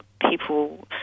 people